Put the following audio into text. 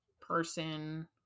Person